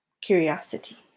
curiosity